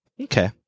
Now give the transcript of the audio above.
okay